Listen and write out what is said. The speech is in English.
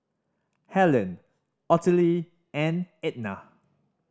Hellen Ottilie and Etna